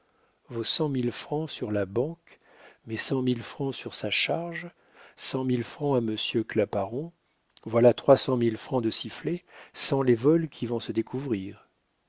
cent mille francs sur la banque mes cent mille francs sur sa charge cent mille francs à monsieur claparon voilà trois cent mille francs de sifflés sans les vols qui vont se découvrir